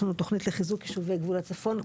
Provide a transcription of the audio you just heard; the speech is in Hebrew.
תוכנית לחיזוק יישובי הצפון,